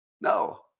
No